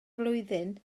flwyddyn